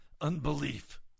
unbelief